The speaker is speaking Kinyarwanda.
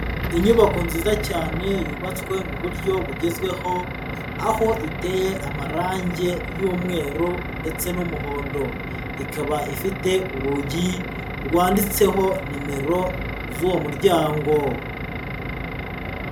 Inyubako nziza cyane yubatswe mu buryo bugezweho, aho iteye amarangi y'umweru ndetse n'umuhondo, ikaba ifite urugi rwanditseho nimero z'uwo muryango.